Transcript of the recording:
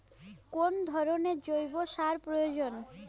কোন ধরণের জৈব সার প্রয়োজন?